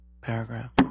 paragraph